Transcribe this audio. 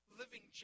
living